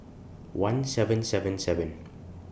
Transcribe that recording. one seven seven seven